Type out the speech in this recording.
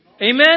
Amen